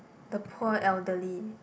the poor elderly